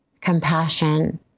compassion